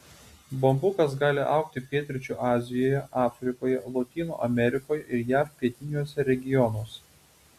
bambukas gali augti pietryčių azijoje afrikoje lotynų amerikoje ir jav pietiniuose regionuose